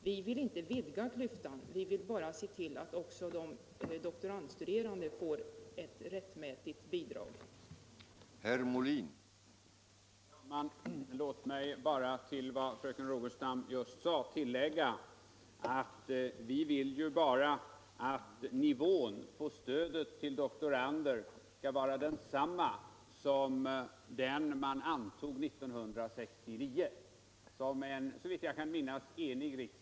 Vi vill inte vidga klyftan; vi vill bara se till att också doktoranderna får ett utbildningsbidrag som bättre motsvarar vad deras jämnåriga vuxenstuderande kamrater erhåller.